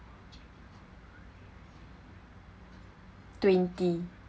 twenty